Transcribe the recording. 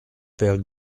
père